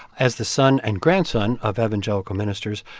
as the son and grandson of evangelical ministers,